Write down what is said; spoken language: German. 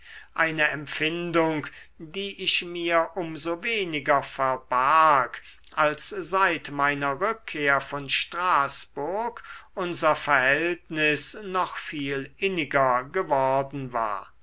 eine empfindung die ich mir um so weniger verbarg als seit meiner rückkehr von straßburg unser verhältnis noch viel inniger geworden war